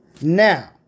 Now